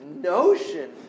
notion